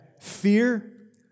Fear